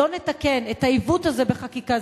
לא נתקן את העיוות הזה בחקיקה,